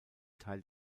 teil